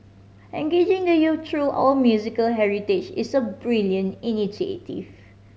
engaging the youth through our musical heritage is a brilliant initiative